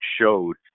showed